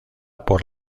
por